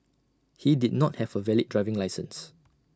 he did not have A valid driving licence